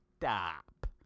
Stop